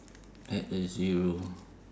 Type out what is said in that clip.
add a zero